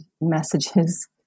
messages